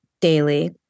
daily